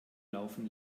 laufen